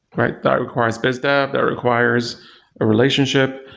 right? that requires biz dev, that requires a relationship.